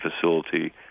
facility